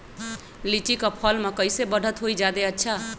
लिचि क फल म कईसे बढ़त होई जादे अच्छा?